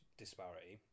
disparity